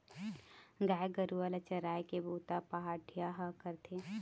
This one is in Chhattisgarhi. गाय गरूवा ल चराए के बूता पहाटिया ह करथे